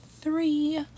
three